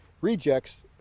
rejects